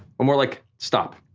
or more like stop.